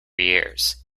years